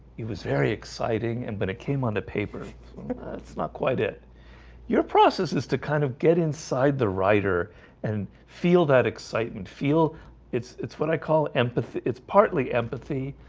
he was very exciting and but it came onto paper it's not quite it your process is to kind of get inside the writer and feel that excitement feel it's it's what i call empathy. it's partly empathy.